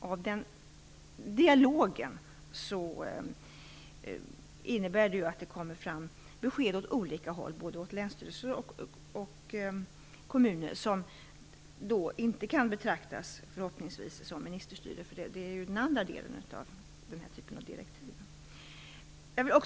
Av den dialogen kommer det fram besked åt olika håll, både åt länsstyrelser och kommuner, som förhoppningsvis inte kan betraktas som ministerstyre, eftersom det ju är den andra delen av den här typen av direktiv.